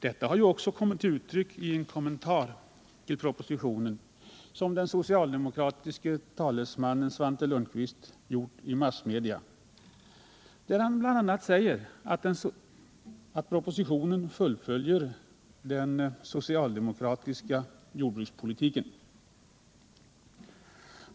Detta har ju också kommit till uttryck i en kommentar till propositionen, som den socialdemokratiske talesmannen Svante Lundkvist gjort i massmedia, där han bl.a. säger att propositionen fullföljer den socialdemokratiska jordbrukspolitiken.